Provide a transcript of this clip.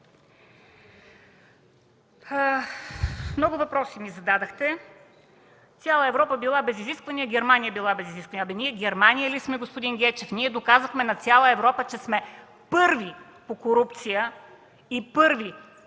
много въпроси ми зададохте. Цяла Европа била без изисквания, Германия била без изисквания. Абе, ние Германия ли сме, господин Гечев? Доказахме на цяла Европа, че сме първи по корупция и първи по липса